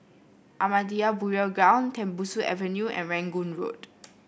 Ahmadiyya Burial Ground Tembusu Avenue and Rangoon Road